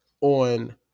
on